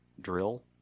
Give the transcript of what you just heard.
Drill